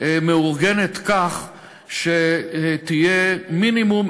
מאורגנת כך שתהיה מינימום,